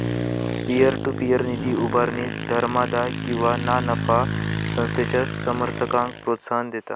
peer to peer निधी उभारणी धर्मादाय किंवा ना नफा संस्थेच्या समर्थकांक प्रोत्साहन देता